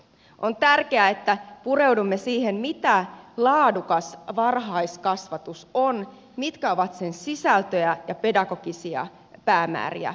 on tärkeää että pureudumme siihen mitä laadukas varhaiskasvatus on mitkä ovat sen sisältöjä ja pedagogisia päämääriä ja otteita